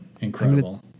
Incredible